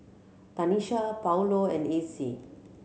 Tanisha Paulo and Acy